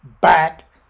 back